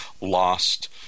lost